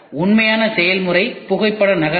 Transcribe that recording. உண்மையான செயல்முறை புகைப்பட நகல் ஆகும்